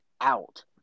Out